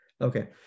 okay